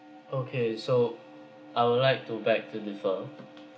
okay so I would like to beg to differ